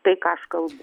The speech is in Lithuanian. tai ką aš kalbu